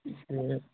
एसे